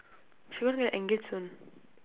she going to get engaged soon